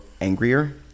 angrier